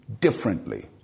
differently